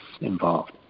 involved